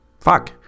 Fuck